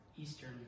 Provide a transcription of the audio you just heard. Eastern